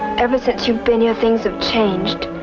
ever since you've been here things have changed.